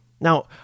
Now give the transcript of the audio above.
Now